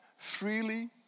Freely